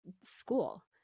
school